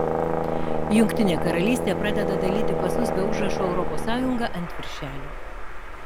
jk pradeda dalyti pasus be užrašo europos sąjunga ant viršelio